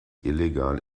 illegal